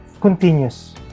continuous